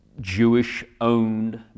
Jewish-owned